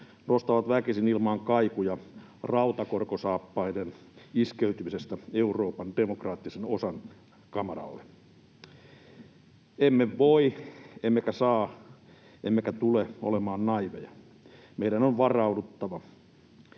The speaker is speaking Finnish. nostavat väkisin ilmaan kaikuja rautakorkosaappaiden iskeytymisestä Euroopan demokraattisen osan kamaralle. Emme voi, emme saa emmekä tule olemaan naiiveja. Meidän on varauduttava.